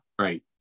right